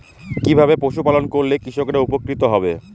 কিভাবে পশু পালন করলেই কৃষকরা উপকৃত হবে?